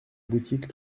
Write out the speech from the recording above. boutique